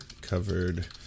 covered